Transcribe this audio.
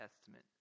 Testament